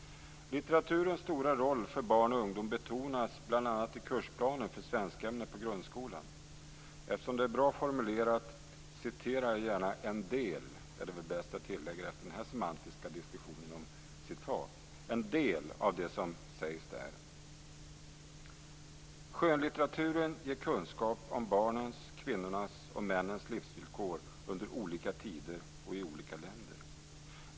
Litteraturens stora roll för barn och ungdom betonas bl.a. i kursplanen för svenskämnet i grundskolan. Eftersom det är bra formulerat citerar jag gärna en del - det är väl bäst att tillägga det efter den här semantiska diskussionen om citat - av det som sägs där. "Skönlitteraturen ger kunskaper om barnens, kvinnornas och männens livsvillkor under olika tider och i olika länder.